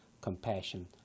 compassion